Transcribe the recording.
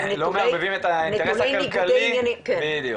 להיפך,